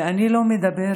ואני לא מדברת